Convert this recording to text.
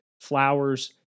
Flowers